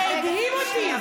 זה הדהים אותי.